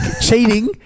Cheating